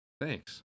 Thanks